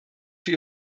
für